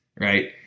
right